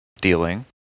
dealing